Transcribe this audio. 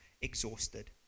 exhausted